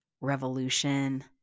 revolution